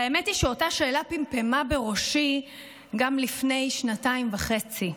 והאמת היא שאותה שאלה פמפמה בראשי גם לפני שנתיים וחצי,